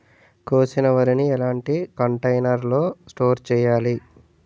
కోసిన వరిని ఎలాంటి కంటైనర్ లో స్టోర్ చెయ్యాలి?